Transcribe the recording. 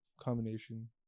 combination